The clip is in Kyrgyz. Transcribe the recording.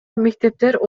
мектептер